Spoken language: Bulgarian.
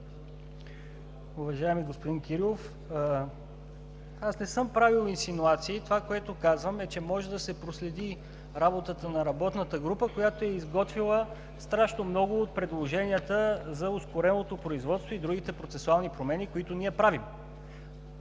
Уважаеми господин Кирилов, аз не съм правил инсинуации. Това, което казвам, е, че може да се проследи работата на работната група, която е изготвила страшно много от предложенията за ускореното производство и другите процесуални промени, които ние правим.